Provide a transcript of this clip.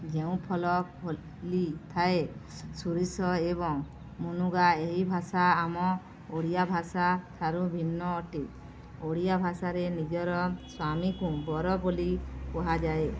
ଯେଉଁ ଫଳ ଫଳିଥାଏ ସୋରିଷ ଏବଂ ମୁନୁଗା ଏହି ଭାଷା ଆମ ଓଡ଼ିଆ ଭାଷାଠାରୁ ଭିନ୍ନ ଅଟେ ଓଡ଼ିଆ ଭାଷାରେ ନିଜର ସ୍ୱାମୀକୁ ବର ବୋଲି କୁହାଯାଏ